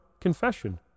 confession